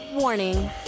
Warning